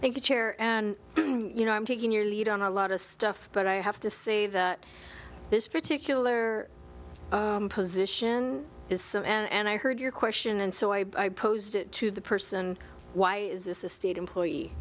cochran thank you chair and you know i'm taking your lead on a lot of stuff but i have to say that this particular position is so and i heard your question and so i posed it to the person why is this a state employee